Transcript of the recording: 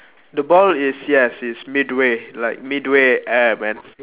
the ball is yes it's midway like midway air man